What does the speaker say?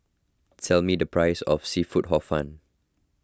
tell me the price of Seafood Hor Fun